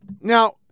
Now